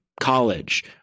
college